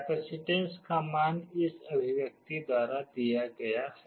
capacitance का मान इस अभिव्यक्ति द्वारा दिया गया है